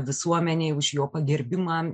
visuomenei už jo pagerbimą